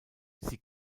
sie